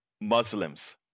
Muslims